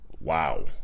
wow